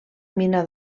mina